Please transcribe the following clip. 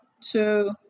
two